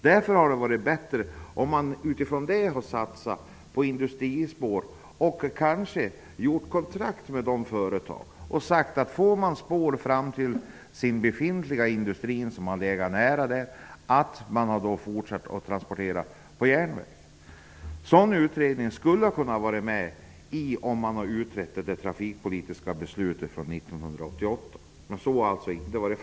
Därför hade det varit bättre om man utifrån detta hade satsat på industrispår och kanske gjort upp kontrakt med dessa företag, kontrakt som inneburit att företagen, om de fick spår dragna fram till sin befintliga industri, också skulle fortsätta transportera på järnväg. Detta kunde ha undersökts om man hade utrett det trafikpolitiska beslutet från 1988, men det har man alltså inte gjort.